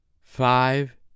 Five